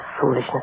foolishness